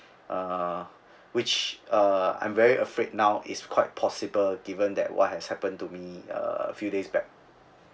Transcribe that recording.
uh which uh I'm very afraid now it's quite possible given that what has happened to me uh few days back